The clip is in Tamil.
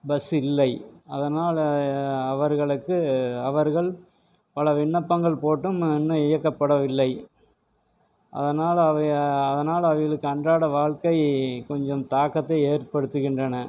பஸ் இல்லை அதனால் அவர்களுக்கு அவர்கள் பல விண்ணப்பங்கள் போட்டும் இன்னும் இயக்கப்படவில்லை அதனால் அதனால் அவர்கள் அவர்களுக்கு அன்றாடய வாழ்க்கை கொஞ்சம் தாக்கத்தை ஏற்படுத்துகின்றன